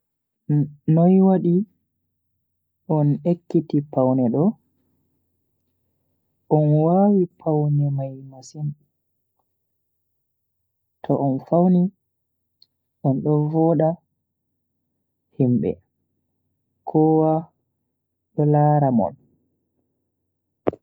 Noi wadi on ekkiti pewne do? On wawi pawne mai masin, to on fawni on do voda himbe kowa do lara mon.